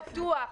פתוח,